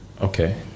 okay